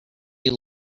you